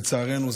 לצערנו,